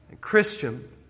Christian